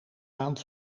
maand